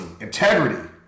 integrity